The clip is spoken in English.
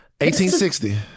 1860